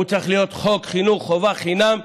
הוא צריך להיות חוק חינוך חובה חינם,